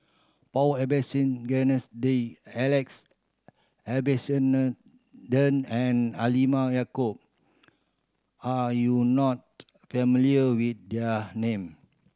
Paul Abisheganaden Alex Abisheganaden and Halimah Yacob are you not familiar with there name